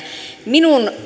minun